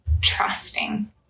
trusting